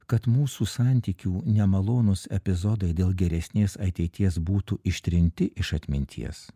kad mūsų santykių nemalonūs epizodai dėl geresnės ateities būtų ištrinti iš atminties